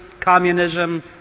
communism